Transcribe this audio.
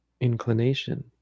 inclination